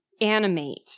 animate